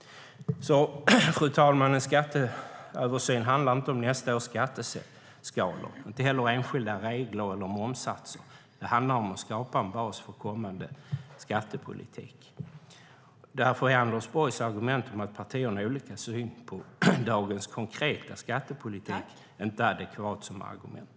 Fru talman! En skatteöversyn handlar inte om nästa års skatteskalor och inte heller om enskilda regler eller momssatser, utan det handlar om att skapa en bas för kommande skattepolitik. Därför är Anders Borgs argument om att partierna har olika syn på dagens konkreta skattepolitik inte adekvat som argument.